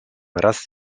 raz